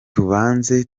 tubanze